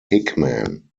hickman